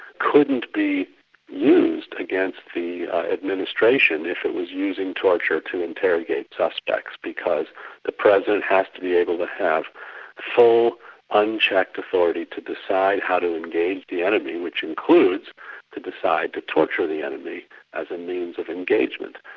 couldn't be used against the administration if it was using torture to interrogate suspects because the president has to be able to have full unchecked authority to decide how to engage the enemy, which includes to decide to torture the enemy as a means of engagement.